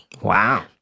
Wow